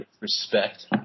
respect